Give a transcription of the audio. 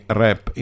rap